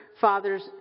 father's